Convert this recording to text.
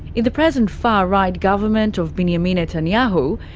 the the present far right government of binyamin netanyahu,